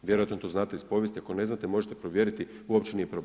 Vjerojatno to znate iz povijesti, ako ne znate, možete provjeriti, uopće nije problem.